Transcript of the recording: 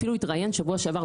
הוא אפילו התראיין בשבוע שעבר,